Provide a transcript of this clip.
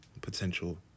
potential